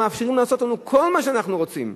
ומאפשרים לעשות לנו כל מה שרוצים.